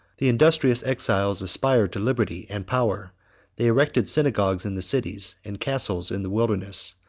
the industrious exiles aspired to liberty and power they erected synagogues in the cities, and castles in the wilderness,